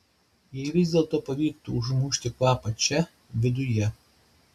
gal vis dėlto pavyktų užmušti kvapą čia viduje